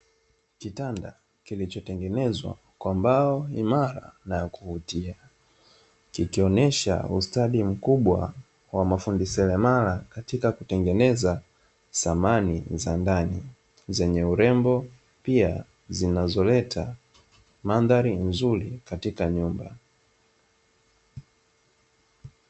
Kitanda kilichotengenezwa kwa mbao imara na ya kuvutia, kikionyesha ustadi mkubwa wa mafundi seremala katika kutengeneza samani za ndani zenye urembo pia zinazoleta mandhari nzuri katika nyumba.